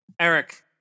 Eric